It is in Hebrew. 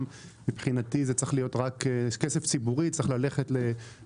מבחינתי כסף ציבורי צריך ללכת לעובדים ישראלים.